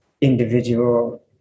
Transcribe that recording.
individual